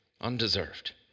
undeserved